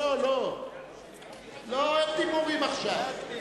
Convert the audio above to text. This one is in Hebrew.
אין דיבורים עכשיו.